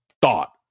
thought